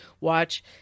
watch